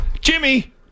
Jimmy